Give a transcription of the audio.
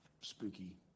spooky